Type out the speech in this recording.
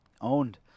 owned